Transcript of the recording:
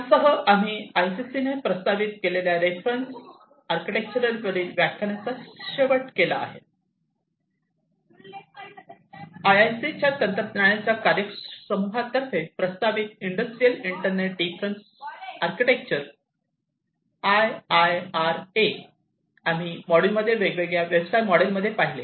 यासह आम्ही आयआयसीने प्रस्तावित केलेल्या रेफरन्स आर्किटेक्चरवरील व्याख्यानाचा शेवट केला आहे आयआयसीच्या तंत्रज्ञानाच्या कार्यसमूहातर्फे प्रस्तावित industrial internet difference architecture IIRA आम्ही या मॉड्यूलमध्ये वेगवेगळे व्यवसाय मॉडेल पाहिले